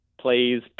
plays